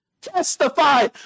Testify